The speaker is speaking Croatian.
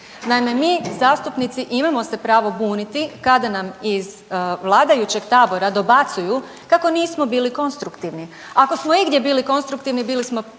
Naime, mi zastupnici imamo se pravo buniti kada nam iz vladajućeg tabora dobacuju kako nismo bili konstruktivni. Ako smo igdje bili konstruktivni, bili smo